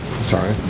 Sorry